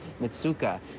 Mitsuka